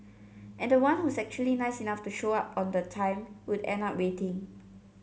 and the one who's actually nice enough to show up on the time would end up waiting